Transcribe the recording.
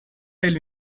tell